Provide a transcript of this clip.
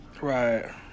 Right